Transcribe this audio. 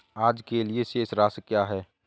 आज के लिए शेष राशि क्या है?